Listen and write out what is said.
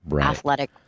athletic